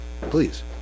Please